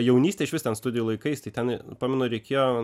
jaunystėj iš vis ten studijų laikais tai ten pamenu reikėjo